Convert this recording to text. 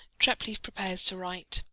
treplieff prepares to write.